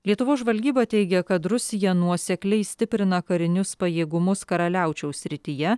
lietuvos žvalgyba teigia kad rusija nuosekliai stiprina karinius pajėgumus karaliaučiaus srityje